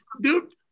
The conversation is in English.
Dude